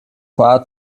far